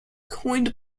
coined